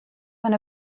one